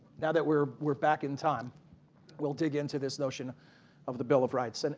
now that we're we're back in time we'll dig into this notion of the bill of rights. and